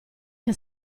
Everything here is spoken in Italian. che